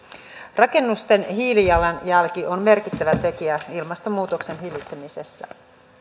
rakennusten hiilijalanjälki on merkittävä tekijä ilmastonmuutoksen hillitsemisessä